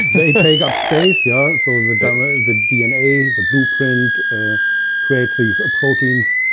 they take up space, yeah. so, the, and um ah the dna, the blueprint creates these proteins.